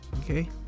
okay